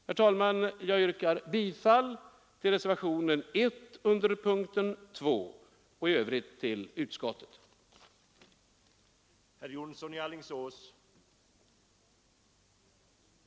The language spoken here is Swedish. Herr talman! Jag yrkar bifall till reservationen 1 under punkten 2 och i Övrigt till utskottets hemställan.